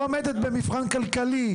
לא עומדת במבחן כלכלי.